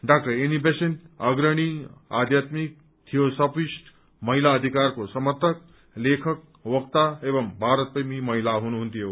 डा Annie Besant अग्रणी आध्यात्मिक थियो सफिस्ट महिला अधिकारको समर्थक लेखक वक्ता एवं भारतप्रेमी महिला हुनुहुन्थ्यो